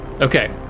Okay